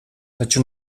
taču